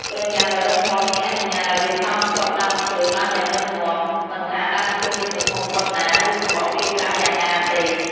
ក្រញាំដ៏រឹងមាំនេះអនុញ្ញាតឲ្យវាតោងជាប់ដើមឈើបានយ៉ាងរឹងមាំ មិនថាដើមឈើមានទំហំប៉ុនណា ឬសំបកវាក្រាស់យ៉ាងណាទេ។